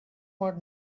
want